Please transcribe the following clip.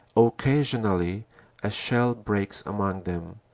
occasionally a shell breaks among them,